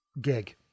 gig